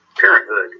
Parenthood